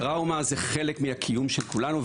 טראומה היא חלק מהקיום של כולנו,